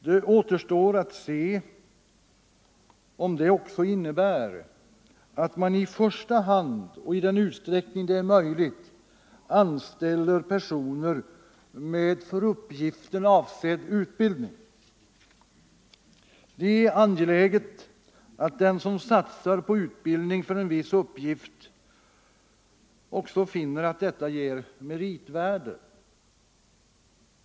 Det återstår att se om detta också innebär att man i första hand och i den utsträckning som är möjlig anställer personal med för uppgiften avsedd utbildning. Det är angeläget att den som söker sig till utbildning för en viss uppgift också finner att det ger meritvärde.